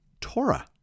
Torah